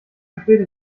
verspätet